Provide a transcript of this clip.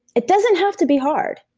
it doesn't have to be hard.